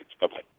Bye-bye